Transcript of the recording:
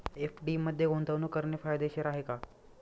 FD मध्ये गुंतवणूक करणे फायदेशीर आहे का?